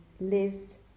lives